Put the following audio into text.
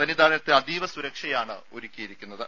സന്നിധാനത്ത് അതീവ സുരക്ഷയാണ് ഒരുക്കിയിട്ടുള്ളത്